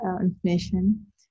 information